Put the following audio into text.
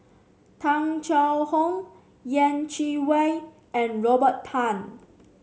Tung Chye Hong Yeh Chi Wei and Robert Tan